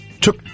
took